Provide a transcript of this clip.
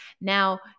Now